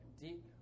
deep